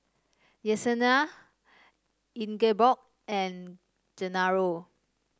Yessenia Ingeborg and Genaro